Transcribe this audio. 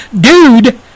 dude